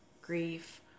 grief